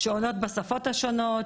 שעונות בשפות השונות,